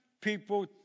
people